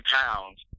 pounds